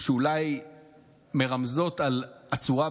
שאולי מרמזות על הצורה,